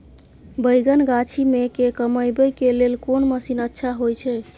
बैंगन गाछी में के कमबै के लेल कोन मसीन अच्छा होय छै?